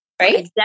right